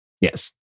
Yes